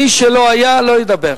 מי שלא היה, לא ידבר.